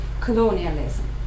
colonialism